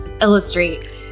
illustrate